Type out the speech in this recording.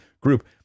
group